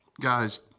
guys